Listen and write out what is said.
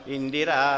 Indira